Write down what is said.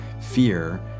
fear